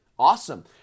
awesome